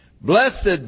Blessed